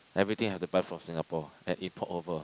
everything have to buy from Singapore and import over